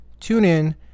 TuneIn